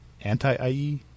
anti-IE